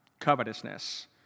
covetousness